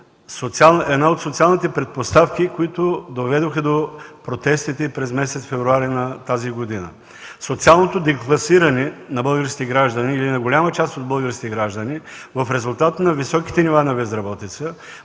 са едни от социалните предпоставки, които доведоха до протестите през месец февруари на тази година. Социалното декласиране на българските граждани или на голяма част от българските граждани в резултат на високите нива на безработица